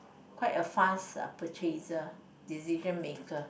quite a fast uh purchaser decision maker